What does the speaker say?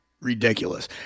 ridiculous